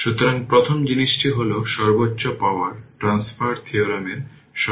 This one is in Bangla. সুতরাং পরেরটি হল এই ক্ষেত্রে আরেকটি উদাহরণ সার্কিটের সুইচ